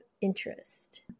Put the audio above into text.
interest